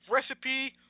Recipe